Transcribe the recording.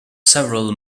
several